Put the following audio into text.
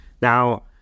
Now